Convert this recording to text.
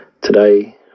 Today